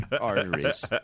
arteries